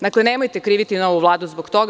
Dakle, nemojte kriviti ovu Vladu zbog toga.